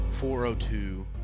402